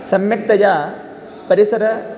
सम्यक्तया परिसरः